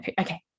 okay